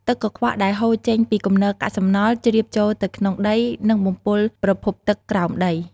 ទឹកកខ្វក់ដែលហូរចេញពីគំនរកាកសំណល់ ជ្រាបចូលទៅក្នុងដី និងបំពុលប្រភពទឹកក្រោមដី។